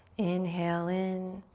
inhale in